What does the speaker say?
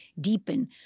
deepen